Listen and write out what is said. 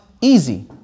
easy